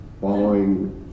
following